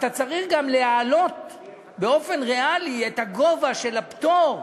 אתה צריך גם להעלות באופן ריאלי את הגובה של הפטור.